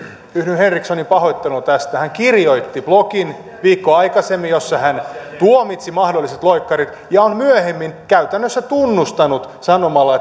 yhdyn henrikssonin pahoitteluun tästä kirjoitti blogin viikkoa aikaisemmin jossa hän tuomitsi mahdolliset loikkarit ja on myöhemmin käytännössä tunnustanut sanomalla